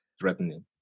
threatening